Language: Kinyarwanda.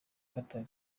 qatar